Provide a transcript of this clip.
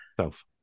self